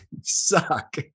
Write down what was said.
suck